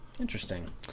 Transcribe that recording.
Interesting